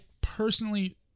personally